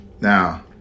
Now